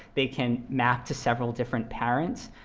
they can map to several different parents.